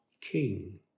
king